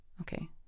okay